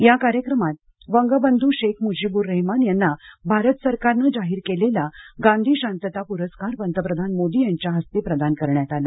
या कार्यक्रमात वंगबंधू शेख मुजीब्र रेहमान यांना भारत सरकारनं जाहीर केलेला गांधी शांतता पुरस्कार पंतप्रधान मोदी यांच्या हस्ते प्रदान करण्यात आला